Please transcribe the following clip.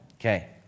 Okay